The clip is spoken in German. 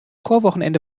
chorwochenende